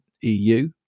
EU